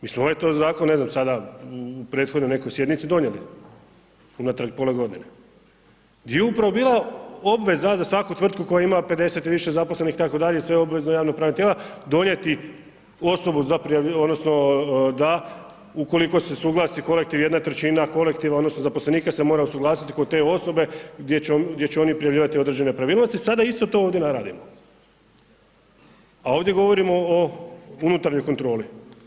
Mi smo ovaj to zakona ne znam sada u prethodnoj nekoj sjednici donijeli, unatrag pola godine gdje je upravo bila obveza za svaku tvrtku koja ima 50 i više zaposlenih itd. i sve obvezno javno pravna tijela donijeti osobu za prijavljivanje, odnosno da ukoliko se suglasi kolektiv, jedna trećina kolektiva odnosno zaposlenika se mora usuglasiti oko te osobe gdje će oni prijavljivati određene nepravilnosti, sada isto to ovdje ... A ovdje govorimo o unutarnjoj kontroli.